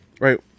right